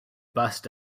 bust